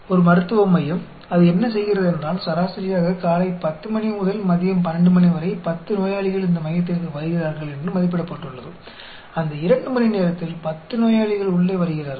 எனவே ஒரு மருத்துவ மையம் அது என்ன செய்கிறதென்றால் சராசரியாக காலை 10 மணி முதல் மதியம் 12 மணி வரை 10 நோயாளிகள் இந்த மையத்திற்கு வருகிறார்கள் என்று மதிப்பிடப்பட்டுள்ளது அந்த 2 மணி நேரத்தில் 10 நோயாளிகள் உள்ளே வருகிறார்கள்